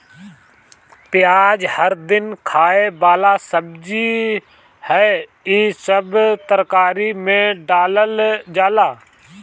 पियाज हर दिन खाए वाला सब्जी हअ, इ सब तरकारी में डालल जाला